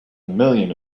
million